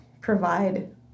provide